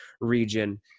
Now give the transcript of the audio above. region